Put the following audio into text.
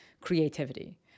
creativity